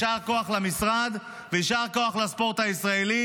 אז יישר כוח למשרד ויישר כוח לספורט הישראלי.